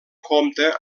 compta